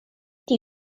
die